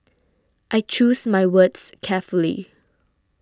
I choose my words carefully